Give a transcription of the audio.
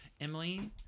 Emily